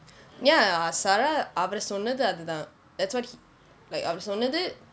ya sara அவரு சொன்னது அது தான்:avaru sonnathu athu thaan that's what he like அவரு சொன்னது:avaru sonnathu